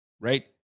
right